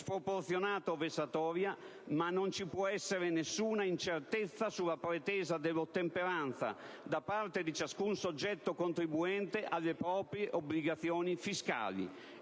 sproporzionato e vessatorio; ma non ci può essere nessuna incertezza sulla pretesa dell'ottemperanza da parte di ciascun soggetto contribuente, alle proprie obbligazioni fiscali.